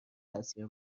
تاثیر